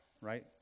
right